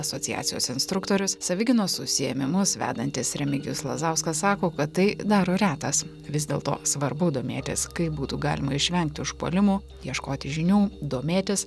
asociacijos instruktorius savigynos užsiėmimus vedantis remigijus lazauskas sako kad tai daro retas vis dėl to svarbu domėtis kaip būtų galima išvengti užpuolimo ieškoti žinių domėtis